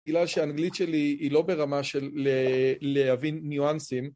כאילו שהאנגלית שלי היא לא ברמה של להבין ניואנסים